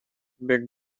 big